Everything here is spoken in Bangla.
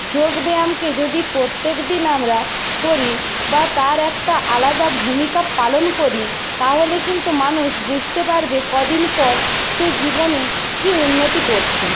যোগব্যায়ামকে যদি প্রত্যেক দিন আমরা করি বা তার একটা আলাদা ভূমিকা পালন করি তাহলে কিন্তু মানুষ বুঝতে পারবে কদিন পর সে জীবনে কী উন্নতি করছে